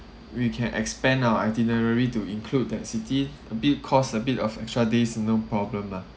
we can expand our itinerary to include that city a bit cost a bit of extra days no problem lah